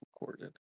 recorded